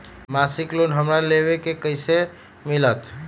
मासिक लोन हमरा लेवे के हई कैसे मिलत?